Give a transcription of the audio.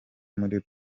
muri